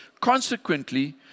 Consequently